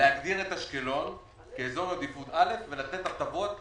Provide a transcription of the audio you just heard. להגדיר את אשקלון כאזור עדיפות א' ולתת הטבות,